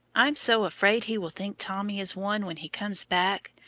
i'm so afraid he will think tommy is one when he comes back.